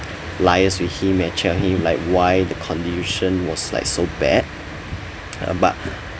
liaise with him and tell him like why the condition was like so bad uh but